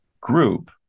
Group